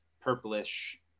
purplish